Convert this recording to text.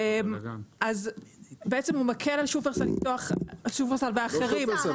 בעצם הוא מקל על שופרסל ואחרים --- לא שופרסל.